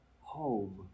home